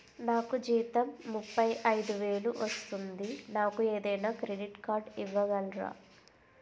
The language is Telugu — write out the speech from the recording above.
నాకు జీతం ముప్పై ఐదు వేలు వస్తుంది నాకు ఏదైనా క్రెడిట్ కార్డ్ ఇవ్వగలరా?